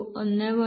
1x1